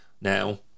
now